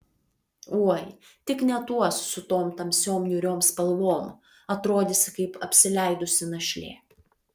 oi tik ne tuos su tom tamsiom niūriom spalvom atrodysi kaip apsileidusi našlė